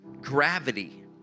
gravity